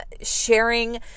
sharing